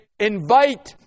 invite